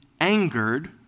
angered